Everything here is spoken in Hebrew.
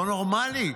לא נורמלי,